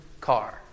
car